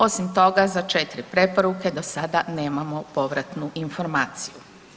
Osim toga za četiri preporuke do sada nemamo povratnu informaciju.